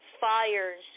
fires